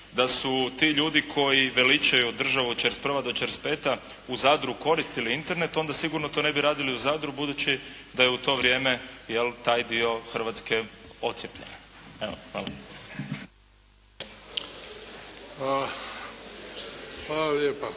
da su ti ljudi koji veličaju državu 41. do 45. u Zadru koristili Internet onda sigurno ne bi to radili u Zadru budući da je u to vrijeme taj dio Hrvatske odcijepljen. Hvala lijepo.